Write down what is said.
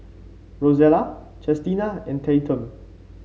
Rosella Chestina and Tatum